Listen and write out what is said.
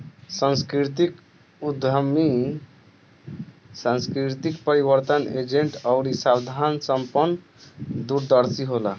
सांस्कृतिक उद्यमी सांस्कृतिक परिवर्तन एजेंट अउरी साधन संपन्न दूरदर्शी होला